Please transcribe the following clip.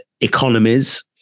economies